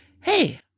hey